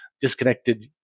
disconnected